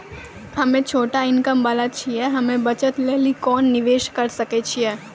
हम्मय छोटा इनकम वाला छियै, हम्मय बचत लेली कोंन निवेश करें सकय छियै?